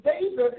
David